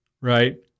right